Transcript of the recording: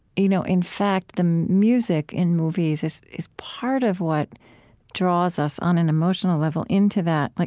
you know in fact, the music in movies is is part of what draws us on an emotional level into that, like